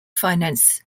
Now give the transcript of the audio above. finance